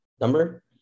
number